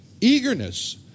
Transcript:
eagerness